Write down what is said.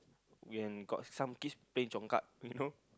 when we got some kids playing congkak you know